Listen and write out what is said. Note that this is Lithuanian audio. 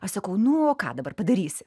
aš sakau nu o ką dabar padarysi